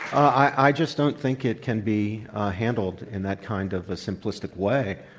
i just don't think it can be handled in that kind of a simplistic way.